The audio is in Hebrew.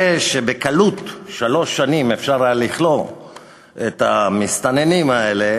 זה שבקלות אפשר היה לכלוא למשך שלוש שנים את המסתננים האלה